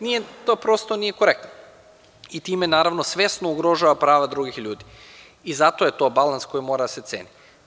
Nije to prosto, nije korektno i time naravno svesno ugrožavamo prava drugih ljudi i zato je to balans koji mora da se ceni.